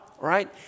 right